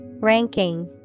Ranking